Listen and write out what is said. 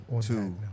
two